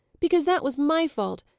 because that was my fault.